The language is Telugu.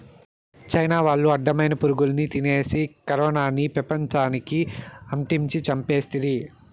చైనా వాళ్లు అడ్డమైన పురుగుల్ని తినేసి కరోనాని పెపంచానికి అంటించి చంపేస్తిరి